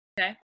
okay